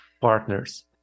partners